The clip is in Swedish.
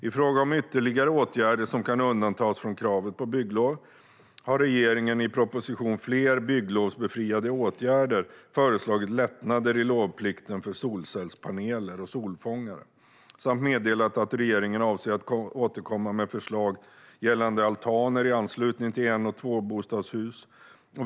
I fråga om ytterligare åtgärder som kan undantas från kravet på bygglov har regeringen i propositionen Fler bygglovsbefriade åtgärder föreslagit lättnader i lovplikten för solcellspaneler och solfångare samt meddelat att regeringen avser att återkomma med förslag gällande altaner i anslutning till en och tvåbostadshus.